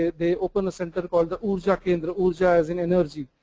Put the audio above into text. they open the center called the urja kendra, the urja as an energy.